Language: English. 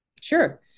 Sure